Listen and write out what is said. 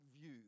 view